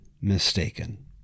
mistaken